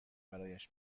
برایش